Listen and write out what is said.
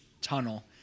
tunnel